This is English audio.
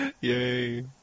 Yay